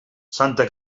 santa